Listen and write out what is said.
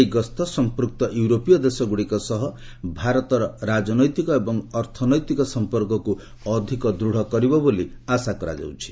ଏହି ଗସ୍ତ ସମ୍ପ୍ରକ୍ତ ୟୁରୋପୀୟ ଦେଶଗୁଡ଼ିକ ସହ ଭାରତର ରାଜନୈତିକ ଏବଂ ଅର୍ଥନୈତିକ ସମ୍ପର୍କକୁ ଅଧିକ ଦୃଢ଼ କରିବ ବୋଲି ଆଶା କରାଯାଉଛି